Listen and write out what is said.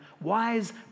Wise